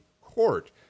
Court